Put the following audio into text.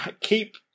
keep